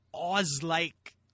Oz-like